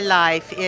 life